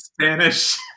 Spanish